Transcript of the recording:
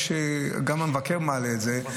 וגם המבקר מעלה את זה,